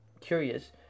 curious